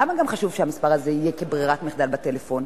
למה גם חשוב שהמספר הזה יהיה כברירת מחדל בטלפון?